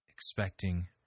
Expecting